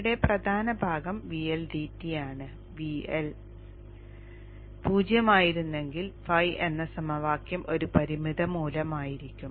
ഇവിടെ പ്രധാന ഭാഗം VL dt ആണ് VL 0 ആയിരുന്നെങ്കിൽ φ എന്ന് സമവാക്യം ഒരു പരിമിത മൂല്യമായിരിക്കും